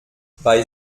bei